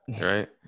right